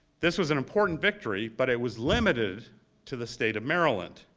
this was an important victory, but it was limited to the state of maryland.